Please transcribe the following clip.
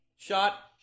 shot